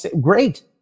Great